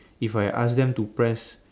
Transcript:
if I ask them to press